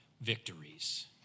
victories